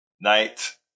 night